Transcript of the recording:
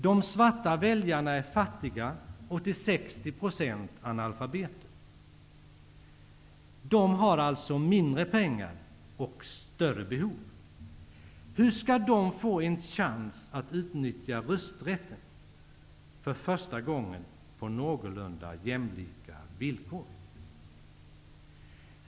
De svarta väljarna är fattiga och till 60 % analfabeter. De har alltså mindre pengar och större behov. Hur skall de få en chans att nu, för första gången, utnyttja rösträtten på någorlunda jämlika villkor?